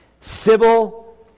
civil